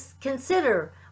consider